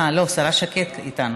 לא, השרה שקד איתנו.